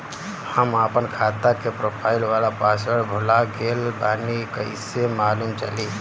हम आपन खाता के प्रोफाइल वाला पासवर्ड भुला गेल बानी कइसे मालूम चली?